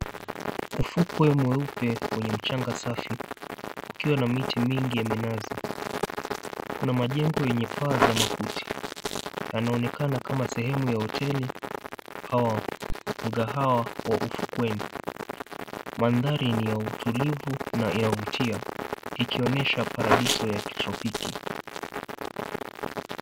Ufukwe mweupe kwenye mchanga safi ukiwa na miti mingi ya minazi. Kuna majengo yenye paa za makuti yanaonekana kama sehemu ya hoteli au mkahawa wa ufukweni. Mandhari ni ya utulivu na ya kuvutia, ikionyesha paradiso ya kitropiki.